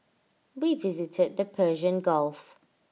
we visited the Persian gulf